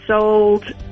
sold